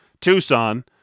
Tucson